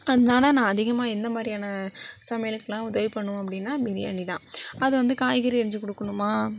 அதனால நான் அதிகமாக என்ன மாதிரியான சமையலுக்குலாம் உதவி பண்ணுவேன் அப்படினா பிரியாணி தான் அது வந்து காய்கறி அரிஞ்சு கொடுக்குணுமா